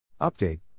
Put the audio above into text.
Update